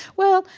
well,